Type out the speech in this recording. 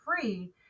free